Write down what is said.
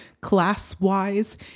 class-wise